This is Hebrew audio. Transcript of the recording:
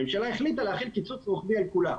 הממשלה החליט להחיל קיצוץ רוחבי על כולם.